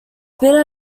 bitter